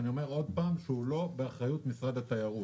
אני אומר עוד פעם, הוא לא באחריות משרד התיירות,